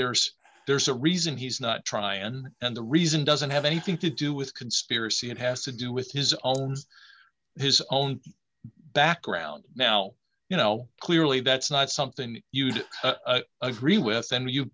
there's there's a reason he's not tryin and the reason doesn't have anything to do with conspiracy it has to do with his owns his own background now you know clearly that's not something you'd agree with and you